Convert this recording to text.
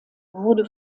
wurde